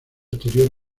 exterior